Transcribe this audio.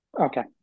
Okay